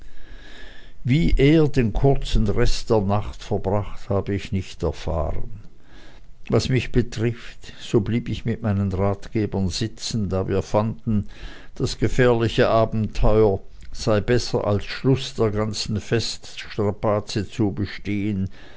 wie er den kurzen rest der nacht verbracht habe ich nicht erfahren was mich betrifft so blieb ich mit meinen ratgebern sitzen da wir fanden das gefährliche abenteuer sei besser als schluß der ganzen feststrapaze zu bestehen